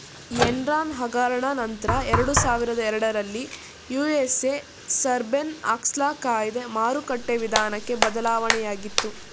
Enron ಹಗರಣ ನಂತ್ರ ಎರಡುಸಾವಿರದ ಎರಡರಲ್ಲಿ ಯು.ಎಸ್.ಎ ಸರ್ಬೇನ್ಸ್ ಆಕ್ಸ್ಲ ಕಾಯ್ದೆ ಮಾರುಕಟ್ಟೆ ವಿಧಾನಕ್ಕೆ ಬದಲಾವಣೆಯಾಗಿತು